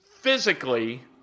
physically